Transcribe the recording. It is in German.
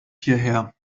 hierher